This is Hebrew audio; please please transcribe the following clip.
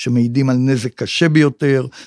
שמעידים על נזק קשה ביותר.